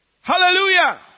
Hallelujah